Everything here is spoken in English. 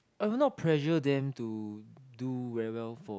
I will not pressure them to do very well for